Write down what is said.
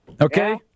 Okay